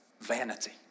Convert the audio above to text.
vanity